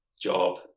job